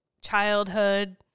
childhood